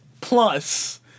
plus